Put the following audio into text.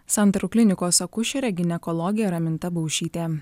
santaros klinikos akušerė ginekologė raminta baušytė